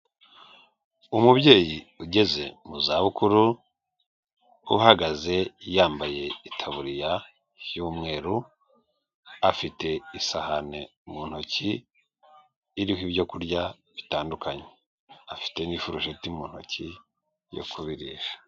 Umubyeyi ugeze mu za bukuru uhagaze yambaye itaburiya y'umweru afite isahani mu ntoki iriho ibyokurya bitandukanye afite n'ifuroshiti mu ntoki yo kubirisha.